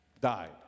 died